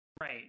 Right